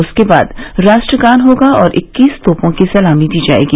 उसके बाद राष्ट्रगान होगा और इक्कीस तोपों की सलामी दी जाएगी